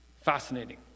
Fascinating